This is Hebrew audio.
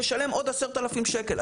תשלם עוד 10,000 שקלים.